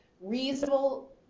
reasonable